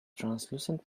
translucent